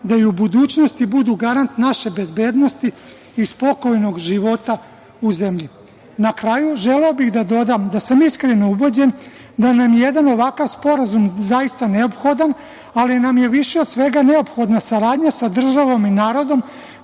da i u budućnosti budu garant naše bezbednosti i spokojnog života u zemlji. Na kraju želeo bih da dodam da sam ikreno ubeđen da nam jedan ovakav sporazum zaista neophodan, ali nam je više od svega neophodna saradnja sa državom i narodom